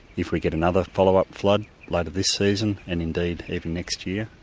if we get another follow-up flood later this season and indeed even next year,